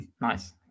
nice